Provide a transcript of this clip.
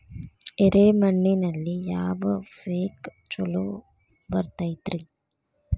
ಎರೆ ಮಣ್ಣಿನಲ್ಲಿ ಯಾವ ಪೇಕ್ ಛಲೋ ಬರತೈತ್ರಿ?